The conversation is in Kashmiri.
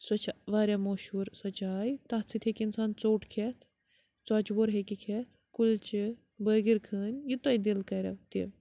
سۄ چھےٚ واریاہ مشہوٗر سۄ چاے تَتھ سۭتۍ ہیٚکہِ اِنسان ژوٚٹ کھٮ۪تھ ژۄچہٕ ووٚر ہیٚکہِ کھٮ۪تھ کُلچہٕ بٲگِرخٲنۍ یہِ تۄہہِ دِل کَریو تہِ